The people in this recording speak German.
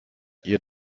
ihr